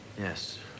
Yes